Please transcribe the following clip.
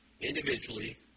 individually